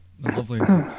Lovely